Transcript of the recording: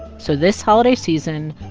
so this holiday season,